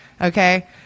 Okay